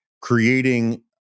creating